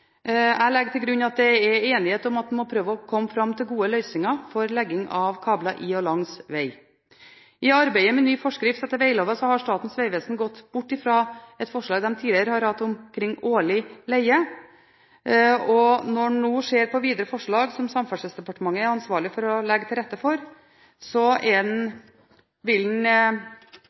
Jeg legger til grunn at det er enighet om at en må prøve å komme fram til gode løsninger for legging av kabler i og langs veg. I arbeidet med ny forskrift etter vegloven har Statens vegvesen gått bort fra et forslag de tidligere har hatt om årlig leie. Når en nå ser på forslag som Samferdselsdepartementet er ansvarlig for å legge til rette for videre, vil en